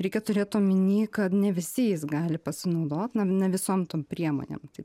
reikia turėt omeny kad ne visi jais gali pasinaudot na ne visom tom priemonėm tai